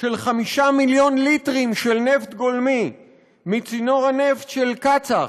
של 5 מיליון ליטרים של נפט גולמי מצינור הנפט של קצא"א,